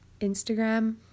Instagram